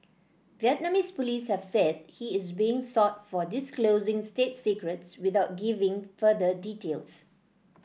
Vietnamese police have said he is being sought for disclosing state secrets without giving further details